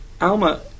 ALMA